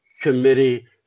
committee